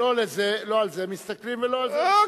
לא על זה מסתכלים ולא על זה מסתכלים.